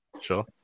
Sure